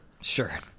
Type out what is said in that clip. Sure